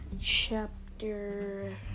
chapter